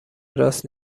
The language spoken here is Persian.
راست